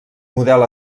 model